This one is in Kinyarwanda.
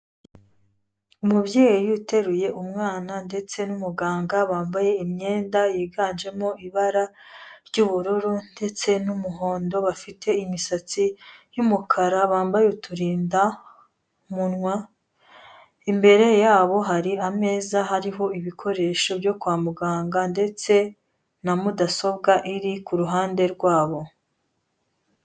Umubyeyi uteruye umwana ndetse n'umuganga bambaye imyenda yiganjemo ibara ry'ubururu ndetse n'umuhondo, bafite imisatsi y'umukara, bambaye uturindamunwa, imbere yabo hari ameza hariho ibikoresho byo kwa muganga, ndetse na mudasobwa iri ku ruhande rwabo.